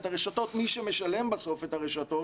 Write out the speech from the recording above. מי שמשלם בסוף את הרשתות